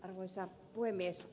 arvoisa puhemies